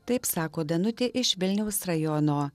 taip sako danutė iš vilniaus rajono